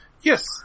Yes